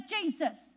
Jesus